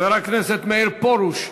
חבר הכנסת מאיר פרוש,